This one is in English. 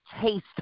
taste